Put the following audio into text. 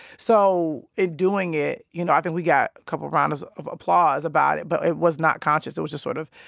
so in doing it, you know, i think we got a couple of rounds of applause about it, but it was not conscious. it was just sort of,